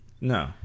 No